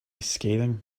scathing